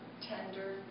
tender